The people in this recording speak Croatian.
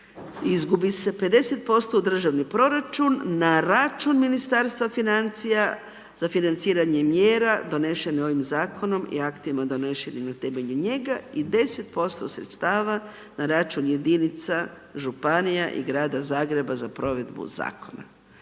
izgubi se, 50% u državni proračun, na račun Ministarstva financija za financiranje mjera donošene ovim zakonom i aktima donesenim na temelju njega i 10% sredstava na račun jedinica, županija i grada Zagreba za provedbu Zakona.